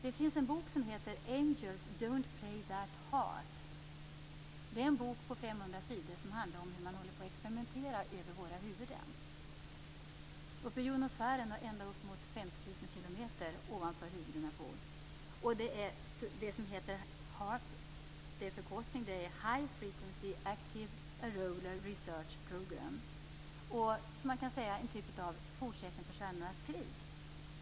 Det finns en bok som heter Angels don t play that HAARP. Det är en bok på 500 sidor som handlar om hur man håller på att experimentera över våra huvuden. Det sker i jonosfären, ända uppemot 50 000 km ovanför huvdena på oss. Förkortningen står för High Frequency Active Auroral Research Program. Det är en typ av fortsättning på Stjärnornas krig.